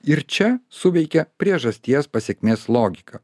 ir čia suveikia priežasties pasekmės logika